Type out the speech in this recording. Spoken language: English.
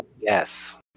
yes